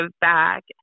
back